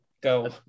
go